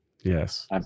Yes